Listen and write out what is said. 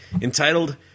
entitled